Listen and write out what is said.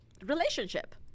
relationship